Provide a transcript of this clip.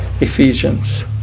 Ephesians